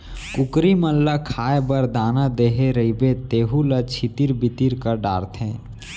कुकरी मन ल खाए बर दाना देहे रइबे तेहू ल छितिर बितिर कर डारथें